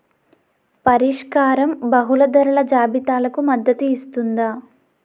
పరిష్కారం బహుళ ధరల జాబితాలకు మద్దతు ఇస్తుందా?